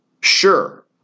sure